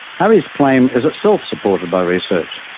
harry's claim is itself supported by research.